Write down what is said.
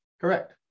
Correct